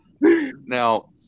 Now